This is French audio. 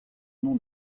nom